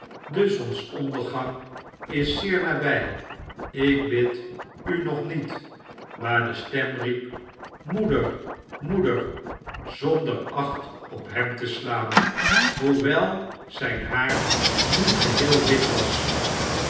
niet dezonsondergang is zeer nabij ik bid n nog niet maar de stem riep moeder moeder i zonder acht op hem te slaan hoewel zyn haar nu geheel wit was